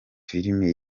filimi